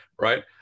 right